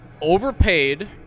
overpaid